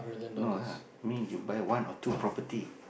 no lah means you buy one or two property